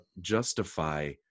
justify